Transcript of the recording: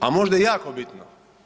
A možda je jako bitno.